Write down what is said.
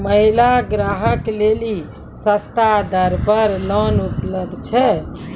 महिला ग्राहक लेली सस्ता दर पर लोन उपलब्ध छै?